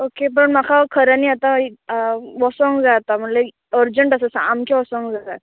okay पण म्हाका खऱ्यांनी आतां वोसोंक जाय आतां म्हणल्यार अर्जंट आसा सामकें वोसोंक जाय